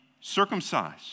circumcised